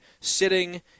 sitting